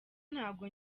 ntabwo